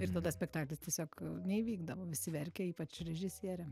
ir tada spektaklis tiesiog neįvykdavo visi verkia ypač režisieriam